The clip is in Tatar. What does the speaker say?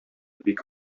бик